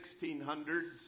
1600s